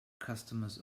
customers